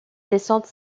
descente